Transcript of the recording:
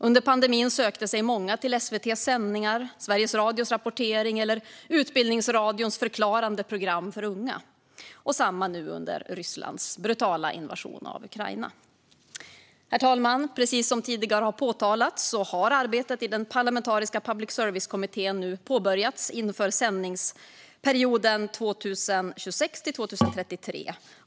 Under pandemin sökte sig många till SVT:s sändningar, Sveriges Radios rapportering eller Utbildningsradions förklarande program för unga. Det är likadant nu under Rysslands brutala invasion av Ukraina. Herr talman! Precis som tidigare har påpekats har arbetet i den parlamentariska public service-kommittén nu påbörjats inför sändningsperioden 2026-2033.